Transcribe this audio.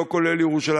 לא כולל ירושלים,